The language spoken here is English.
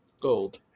gold